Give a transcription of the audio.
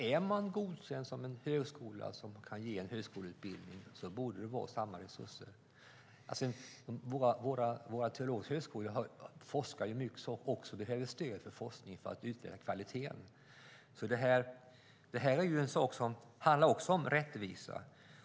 Är man godkänd som en högskola som kan ge högskoleutbildning borde man ha rätt till samma resurser som andra högskolor. Våra teologiska högskolor forskar också, och det här är stöd för forskningen och för att utveckla kvaliteten. Det här handlar också om rättvisa.